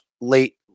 late